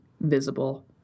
visible